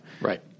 Right